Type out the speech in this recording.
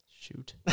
shoot